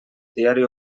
diari